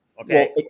Okay